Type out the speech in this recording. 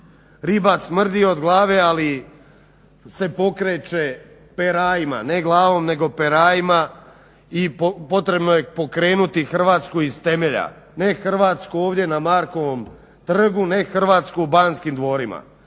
Riba smrdi od glave, ali se pokreće perajama, ne glavom nego perajama i potrebno je pokrenuti Hrvatsku iz temelja, ne Hrvatsku ovdje na Markovom trgu, ne Hrvatsku u Banskim dvorima.